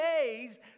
days